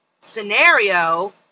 scenario